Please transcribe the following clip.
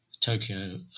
Tokyo